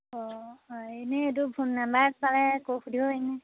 অঁ এনে এইটো ফোন নাম্বাৰত পালে কৈ সুধিব পাৰিম নহয়